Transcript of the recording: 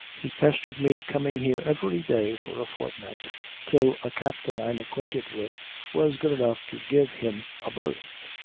he pestered me coming here every day for a fortnight till a captain i'm acquainted with was good enough to give him a berth.